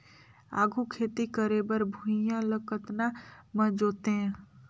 आघु खेती करे बर भुइयां ल कतना म जोतेयं?